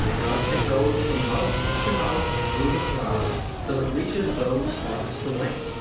thus it goes from mouth to mouth through the crowd, till it reaches those furthest away.